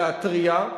להתריע.